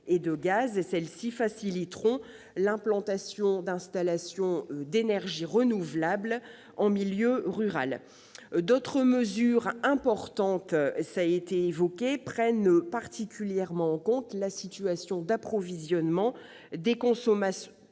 et de gaz. Celles-ci faciliteront l'implantation d'installations d'énergies renouvelables en milieu rural. D'autres mesures importantes prennent particulièrement en compte la situation d'approvisionnement des consommateurs